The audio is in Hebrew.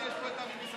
רק מילים.